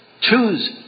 Choose